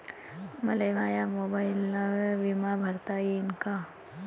मले माया मोबाईलनं बिमा भरता येईन का?